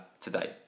today